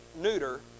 neuter